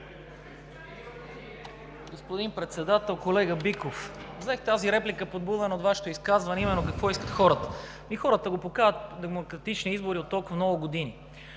Господин Председател! Колега Биков, взех тази реплика, подбуден от Вашето изказване, а именно какво искат хората. Ами, хората го показват от толкова много години